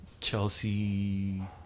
Chelsea